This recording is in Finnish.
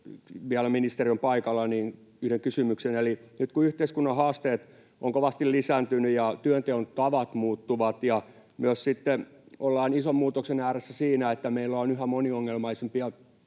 vielä paikalla, niin yhden kysymyksen — että nyt kun yhteiskunnan haasteet ovat kovasti lisääntyneet ja työnteon tavat muuttuvat, niin sitten ollaan ison muutoksen ääressä myös siinä, että meillä on yhä moniongelmaisempia